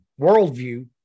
worldview